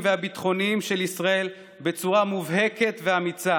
והביטחוניים של ישראל בצורה מובהקת ואמיצה,